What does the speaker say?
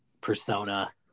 persona